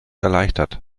erleichtert